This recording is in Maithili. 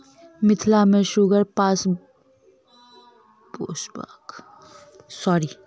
मिथिला मे सुगर पोसबाक काज डोम जाइतक लोक सभ करैत छैथ